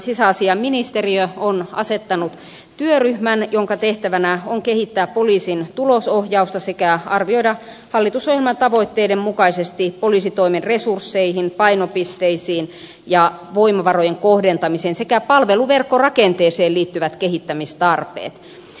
sisäasiainministeriö on asettanut työryhmän jonka tehtävänä on kehittää poliisin tulosohjausta sekä arvioida hallitusohjelman tavoitteiden mukaisesti poliisitoimen resursseihin painopisteisiin ja voimavarojen kohdentamiseen sekä palveluverkkorakenteeseen liittyvät kehittämistarpeet